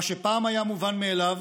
מה שפעם היה מובן מאליו